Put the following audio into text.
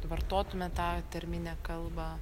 vartotume tą tarminę kalbą